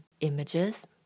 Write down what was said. images